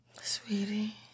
sweetie